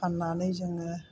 फाननानै जोङो